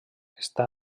està